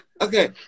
Okay